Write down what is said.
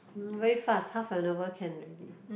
hmm very fast half an hour can already